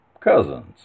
cousins